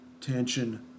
tension